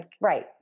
Right